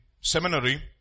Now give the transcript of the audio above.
seminary